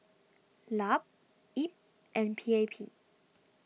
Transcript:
Lup Ip and P A P